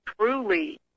truly